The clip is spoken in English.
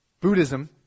Buddhism